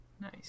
Nice